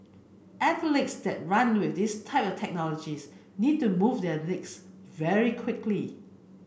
athletes that run with this type of technologies need to move their legs very quickly